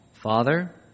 Father